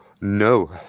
No